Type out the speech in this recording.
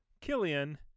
killian